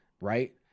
right